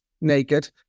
naked